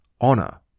honor